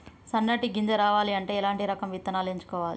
సన్నటి గింజ రావాలి అంటే ఎలాంటి రకం విత్తనాలు ఎంచుకోవాలి?